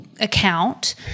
account